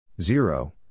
Zero